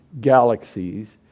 galaxies